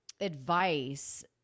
advice